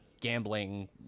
gambling